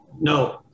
No